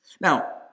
Now